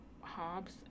Hobbs